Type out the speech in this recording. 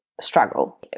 struggle